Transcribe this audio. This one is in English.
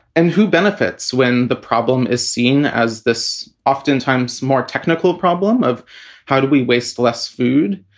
and who benefits when the problem is seen as this oftentimes more technical problem of how do we waste less food?